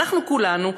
אנחנו כולנו,